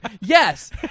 Yes